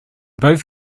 both